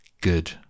Good